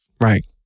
Right